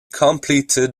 completed